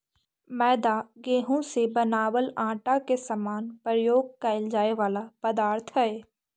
मैदा गेहूं से बनावल आटा के समान प्रयोग कैल जाए वाला पदार्थ हइ